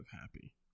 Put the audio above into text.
happy